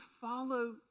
follow